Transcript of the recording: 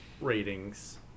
ratings